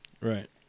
Right